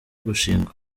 gushingwa